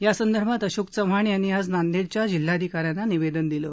यासंदर्भात अशोक चव्हाण यांनी आज नांदेडच्या जिल्हाधिकाऱ्यांना निवेदन दिलं